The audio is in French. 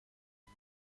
son